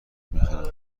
میخرم